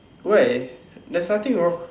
why there's nothing wrong